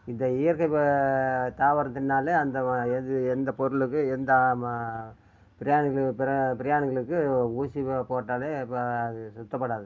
இந்த இயற்கை ப தாவரம் திண்ணாலே அந்த எது எந்த பொருளுக்கு எந்த மா பிராணிகள் பிரா பிராணிகளுக்கு ஊசிங்க போட்டாலே இப்போ அது சுத்தப்படாது